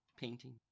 Painting